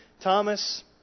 Thomas